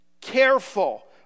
careful